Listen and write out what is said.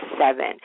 seven